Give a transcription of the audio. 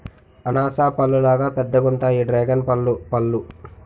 అనాస పల్లులాగా పెద్దగుంతాయి డ్రేగన్పల్లు పళ్ళు